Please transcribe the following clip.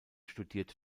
studiert